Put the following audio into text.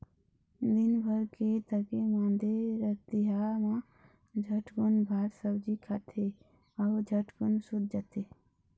दिनभर के थके मांदे रतिहा मा झटकुन भात सब्जी खाथे अउ झटकुन सूत जाथे